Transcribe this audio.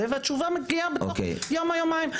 והתשובה מגיעה בתוך יום או יומיים.